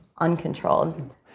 uncontrolled